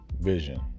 vision